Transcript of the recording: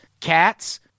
cats